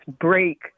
break